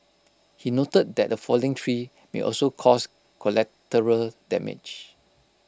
he noted that A falling tree may also cause collateral damage